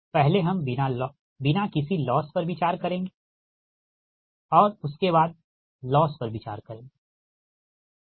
पहले हम बिना किसी लॉस पर विचार करेंगें और उसके बाद लॉस पर विचार करेंगें